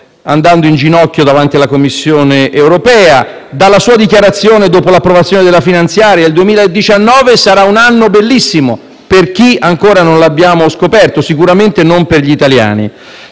andando in ginocchio davanti alla Commissione europea), dalla sua dichiarazione dopo l'approvazione della legge di bilancio: «il 2019 sarà un anno bellissimo», per chi ancora non l'abbiamo scoperto, sicuramente non per gli italiani.